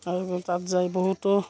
আৰু তাত যায় বহুতো